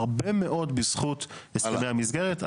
הרבה מאוד בזכות הסכמי המסגרת.